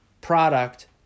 product